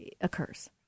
occurs